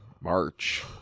March-